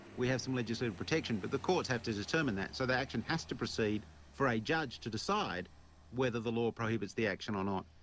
we have some legislative protection'. but the courts have to determine that, so the action has to proceed for a judge to decide whether the law prohibits the action or not.